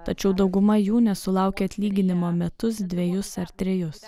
tačiau dauguma jų nesulaukia atlyginimo metus dvejus ar trejus